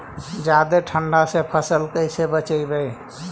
जादे ठंडा से फसल कैसे बचइबै?